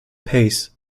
pace